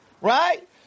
right